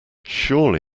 surely